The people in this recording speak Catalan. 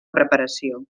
preparació